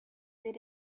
did